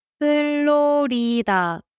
Florida